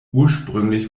ursprünglich